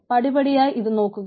പടിപടിയായി ഇത് നോക്കുക